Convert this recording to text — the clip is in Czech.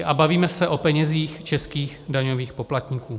A bavíme se o penězích českých daňových poplatníků.